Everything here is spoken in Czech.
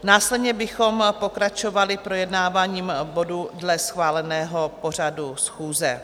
Následně bychom pokračovali projednáváním bodů dle schváleného pořadu schůze.